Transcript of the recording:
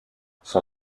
son